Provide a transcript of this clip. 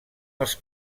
els